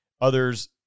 others